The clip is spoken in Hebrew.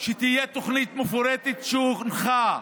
שתהיה תוכנית מפורטת שהונחה,